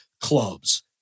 clubs